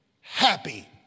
happy